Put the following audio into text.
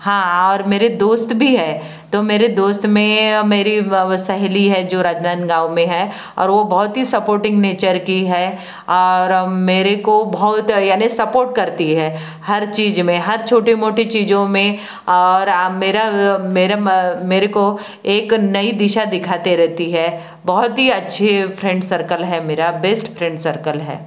हाँ और मेरे दोस्त भी है तो मेरे दोस्त में मेरी सहेली है जो राजनांदगाँव में है और वो बहुत ही सपोर्टिंग नेचर की है और मेरे को बहुत यानी सपोर्ट करती है हर चीज में हर छोटे मोटे चीज़ों में और मेरे को एक नई दिशा दिखाते रहती है बहुत ही अच्छे फ्रेंड सर्कल है मेरा बेस्ट फ्रेंड सर्कल है